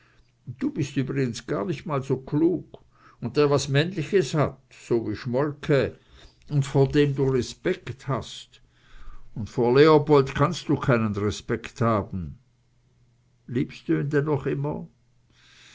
du bist übrigens gar nich mal so klug un der was männliches hat so wie schmolke un vor dem du respekt hast un vor leopold kannst du keinen respekt haben liebst du n denn noch immer